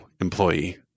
employee